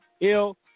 Ill